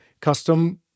custom